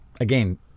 again